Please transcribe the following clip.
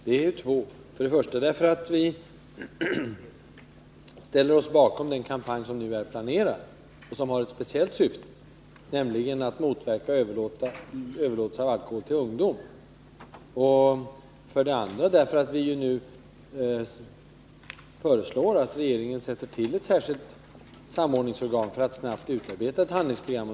Det första är att vi ställer oss bakom den kampanj som nu är planerad och som har ett speciellt syfte, nämligen att motverka överlåtelse av alkohol till ungdom. Det andra är att vi nu föreslår att regeringen skall tillsätta ett särskilt samordningsorgan för att snabbt utarbeta ett handlingsprogram.